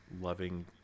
loving